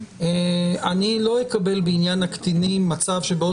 אני לא אקבל בעניין הקטינים מצב שבעוד